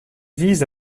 visent